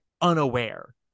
unaware